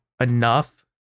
enough